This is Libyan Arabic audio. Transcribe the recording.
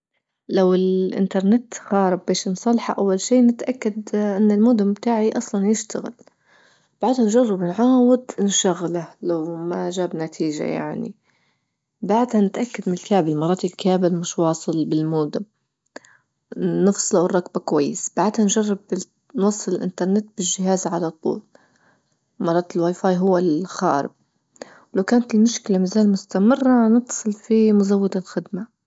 لو الإنترنت خارب باش نصلحه أول شي نتأكد أن المودم بتاعي أصلا يشتغل، بعدها نجرب نعاود نشغله لو ما جاب نتيجة يعني، بعدها نتأكد من الكابل مرات الكابل مش واصل بالمودم نفصله ونركبه كويس بعدها نجرب بال نوصل الإنترنت بالجهاز على طول مرات الواي فاي هو اللي خارب، ولو كانت المشكلة مازالت مستمرة نتصل في مزود الخدمة.